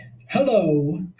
Hello